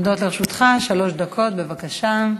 עומדות לרשותך שלוש דקות, בבקשה.